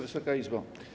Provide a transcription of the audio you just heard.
Wysoka Izbo!